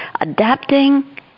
adapting